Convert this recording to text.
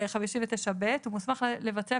פלבוטומיסט.